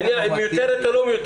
השאלה אם היא מיותרת או לא.